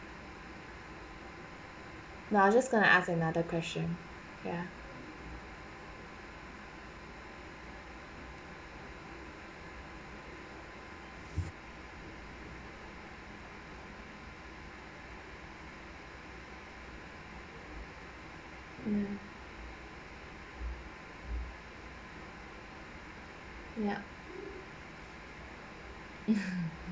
no I just gonna ask another question ya mm yup